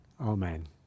Amen